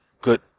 good